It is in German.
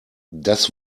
das